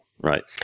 Right